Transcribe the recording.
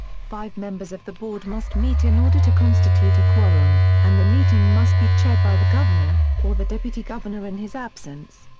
five members of the board must meet in order to constitute a quorum, and the meeting must be chaired by the governor, or the deputy governor in his absence.